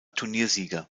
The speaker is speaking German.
turniersieger